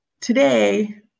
today